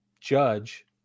Judge